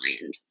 mind